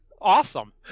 awesome